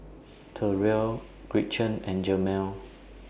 Terell Gretchen and Jemal